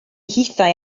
hithau